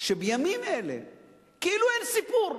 שבימים אלה כאילו אין סיפור: